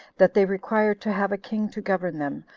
that they required to have a king to govern them,